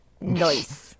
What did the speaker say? Nice